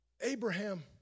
Abraham